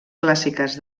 clàssiques